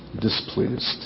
displeased